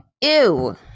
Ew